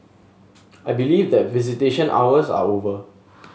I believe that visitation hours are over